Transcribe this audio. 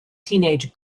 teenage